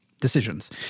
decisions